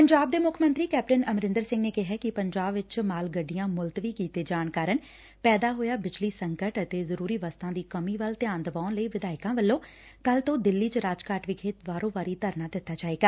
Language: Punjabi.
ਪੰਜਾਬ ਦੇ ਮੁੱਖ ਮੰਤਰੀ ਕੈਪਟਨ ਅਮਰੰਦਰ ਸਿੰਘ ਨੇ ਕਿਹੈ ਕਿ ਪੰਜਾਬ ਵਿਚ ਮਾਲ ਗੱਡੀਆਂ ਮੁਲਤਵੀ ਕੀਤੇ ਜਾਣ ਕਾਰਨ ਪੈਦਾ ਹੋਇਆ ਬਿਜਲੀ ਸੰਕਟ ਅਤੇ ਜ਼ਰੂਰੀ ਵਸਤਾ ਦੀ ਕਮੀ ਵੱਲੋਂ ਧਿਆਨ ਦਿਵਾਉਣ ਲਈ ਵਿਧਾਇਕਾਂ ਵੱਲੋਂ ਕੱਲ੍ਪ ਤੋਂ ਦਿੱਲੀ ਚ ਰਾਜਘਾਟ ਵਿਖੇ ਵਾਰੋ ਵਾਰੀ ਧਰਨਾ ਦਿੱਤਾ ਜਾਵੇਗਾ